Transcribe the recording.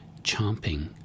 chomping